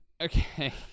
Okay